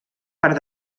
per